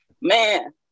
Man